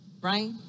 Right